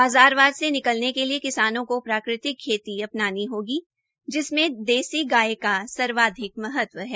बाज़ारवाद से निपटने के लिए किसानों को प्रकृतिक खेती अपनानी होगी जिसमें देशी गाय का सर्वाधिक महत्व है